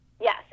Yes